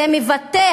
זה מבטא,